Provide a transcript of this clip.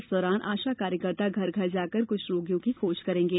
इस दौरान आशा कार्यकर्ता घर घर जाकर कुष्ठरोगियों की खोज करेंगे